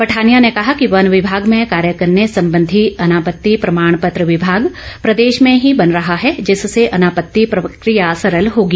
पठानिया ने कहा कि वन विभाग में कार्य करने संबंधी अनापत्ति प्रमाण पत्र विभाग प्रदेश में ही बन रहा है जिससे अनापत्ति प्रक्रिया सरल होगी